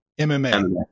mma